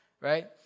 right